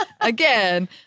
Again